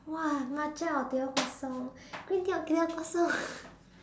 !wah! matcha or teh-o kosong green tea or teh-o kosong